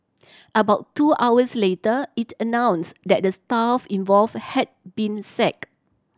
about two hours later it announced that the staff involved had been sacked